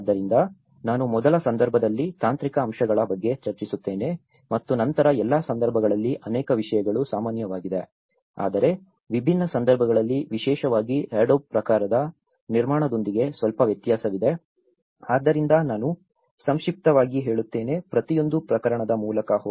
ಆದ್ದರಿಂದ ನಾನು ಮೊದಲ ಸಂದರ್ಭದಲ್ಲಿ ತಾಂತ್ರಿಕ ಅಂಶಗಳ ಬಗ್ಗೆ ಚರ್ಚಿಸುತ್ತೇನೆ ಮತ್ತು ನಂತರ ಎಲ್ಲಾ ಸಂದರ್ಭಗಳಲ್ಲಿ ಅನೇಕ ವಿಷಯಗಳು ಸಾಮಾನ್ಯವಾಗಿದೆ ಆದರೆ ವಿಭಿನ್ನ ಸಂದರ್ಭಗಳಲ್ಲಿ ವಿಶೇಷವಾಗಿ ಅಡೋಬ್ ಪ್ರಕಾರದ ನಿರ್ಮಾಣದೊಂದಿಗೆ ಸ್ವಲ್ಪ ವ್ಯತ್ಯಾಸವಿದೆ ಆದ್ದರಿಂದ ನಾನು ಸಂಕ್ಷಿಪ್ತವಾಗಿ ಹೇಳುತ್ತೇನೆ ಪ್ರತಿಯೊಂದು ಪ್ರಕರಣದ ಮೂಲಕ ಹೋಗಿ